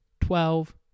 twelve